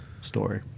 story